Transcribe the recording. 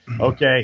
Okay